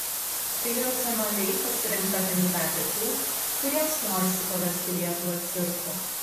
tai racionaliai parinkta kandidatė tų kuriems norisi paversti lietuvą cirku